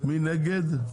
מי נגד?